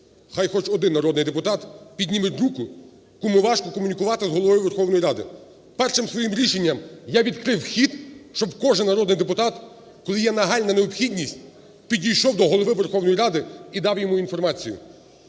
Хай хоч один народний депутат підніміть руку, кому важко комунікувати з Головою Верховної Ради. Першим своїм рішенням я відкрив вхід, щоб кожен народний депутат, коли є нагальна необхідність, підійшов до Голови Верховної Ради і дав йому інформацію.